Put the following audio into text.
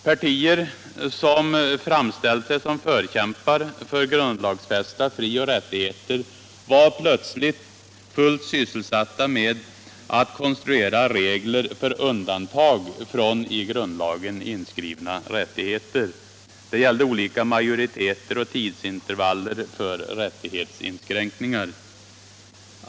Partier som framställt sig som förkämpar för grundlagsfästa frioch rättigheter var plötsligt fullt sysselsatta med att konstruera regler för undantag från i grundlagen inskrivna rättigheter. Det gällde olika majoriteter och tidsintervaller för rättighetsinskränkningar.